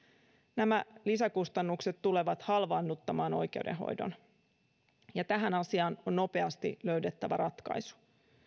nämä lisäkustannukset tulevat halvaannuttamaan oikeudenhoidon ja tähän asiaan on nopeasti löydettävä ratkaisu